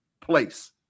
place